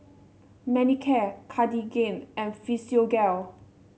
Manicare Cartigain and Physiogel